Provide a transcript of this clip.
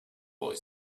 boy